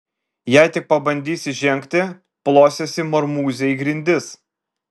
jei tik pabandysi žengti plosiesi marmūze į grindis